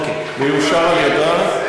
ויאושר על-ידיה,